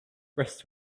rest